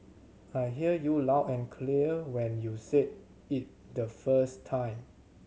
I heard you loud and clear when you said it the first time